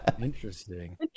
interesting